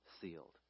sealed